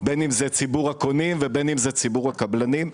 בין אם זה ציבור הקונים ובין אם זה ציבור הקבלנים.